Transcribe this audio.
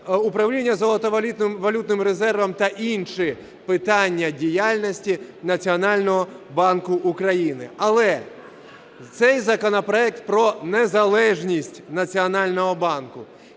управління золотовалютним резервом та інші питання діяльності Національного банку України. Але цей законопроект про незалежність Національного банку.